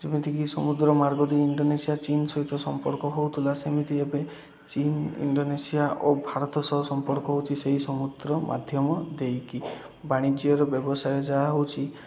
ଯେମିତିକି ସମୁଦ୍ର ମାର୍ଗ ଦେଇ ଇଣ୍ଡୋନେସିିଆ ଚୀନ୍ ସହିତ ସମ୍ପର୍କ ହେଉଥିଲା ସେମିତି ଏବେ ଚୀନ୍ ଇଣ୍ଡୋନେସିଆ ଓ ଭାରତ ସହ ସମ୍ପର୍କ ହେଉଛି ସେହି ସମୁଦ୍ର ମାଧ୍ୟମ ଦେଇକି ବାଣିଜ୍ୟ ବ୍ୟବସାୟ ଯାହା ହେଉଛି